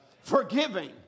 forgiving